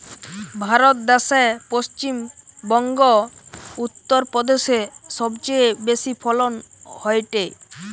ভারত দ্যাশে পশ্চিম বংগো, উত্তর প্রদেশে সবচেয়ে বেশি ফলন হয়টে